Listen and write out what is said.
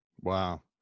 Wow